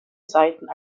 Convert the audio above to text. seiten